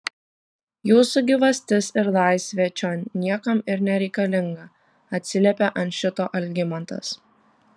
jūsų gyvastis ir laisvė čion niekam ir nereikalinga atsiliepė ant šito algimantas